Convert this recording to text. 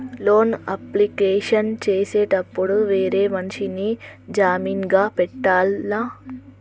Loan application చేసేటప్పుడు వేరే మనిషిని జామీన్ గా పెట్టాల్నా?